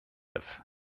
live